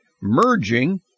merging